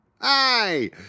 Hi